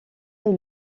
est